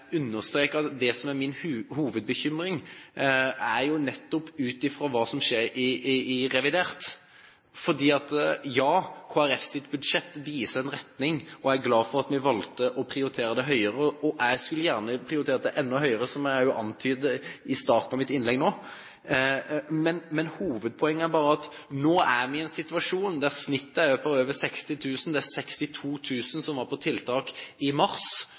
understreke at det som er min hovedbekymring, er hva som skjer i revidert. For ja, Kristelig Folkepartis budsjett viser en retning, og jeg er glad for at vi valgte å prioritere det høyere. Jeg skulle gjerne prioritert det enda høyere, som jeg også antydet i starten av mitt innlegg nå, men hovedpoenget er at vi nå er i en situasjon der snittet er på over 60 000. 62 000 var på tiltak i mars